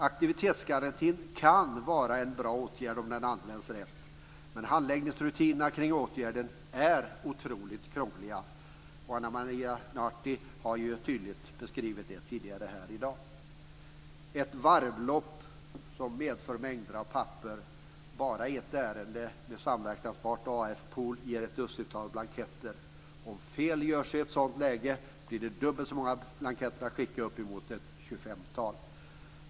Aktivitetsgarantin kan vara en bra åtgärd om den används rätt, men handläggningsrutinerna kring åtgärden är otroligt krångliga. Ana Maria Narti har tydligt beskrivit det tidigare här i dag. Det blir ett varvlopp som medför mängder av papper. Bara ett ärende med samverkanspart och AF-pool ger ett dussintal blanketter. Om fel görs i ett sådant ärende blir det dubbelt så många blanketter att skicka, uppemot ett 25-tal.